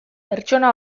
pertsona